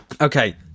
okay